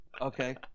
okay